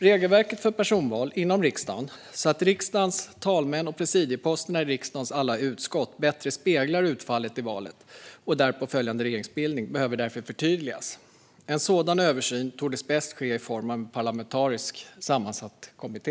Regelverket för personval inom riksdagen behöver därför förtydligas så att riksdagens talmän och presidieposterna i riksdagens alla utskott bättre speglar utfallet i valet och därpå följande regeringsbildning. En sådan översyn torde göras bäst av en parlamentariskt sammansatt kommitté.